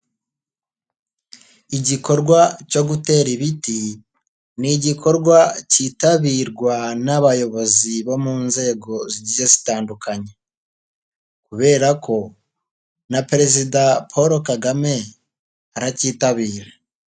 Igikorwa cyo gutera ibiti ni igikorwa cyitabirwa n'abayobozi bo mu nzego zigiye zitandukanye kubera ko na perezida Paul Kagame aracyitabira.